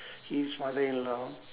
his father-in-law